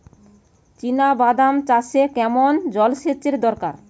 চিনাবাদাম চাষে কেমন জলসেচের দরকার?